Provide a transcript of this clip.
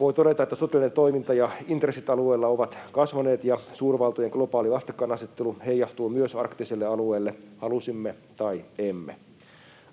Voi todeta, että sotilaallinen toiminta ja intressit alueella ovat kasvaneet ja suurvaltojen globaali vastakkainasettelu heijastuu myös arktiselle alueelle, halusimme tai emme.